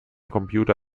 computer